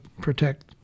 protect